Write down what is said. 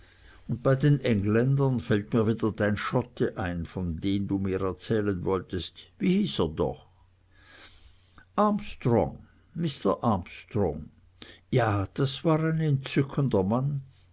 und bei engländern fällt mir wieder dein schotte ein von dem du mir erzählen wolltest wie hieß er doch armstrong mister armstrong ja das war ein entzückender mann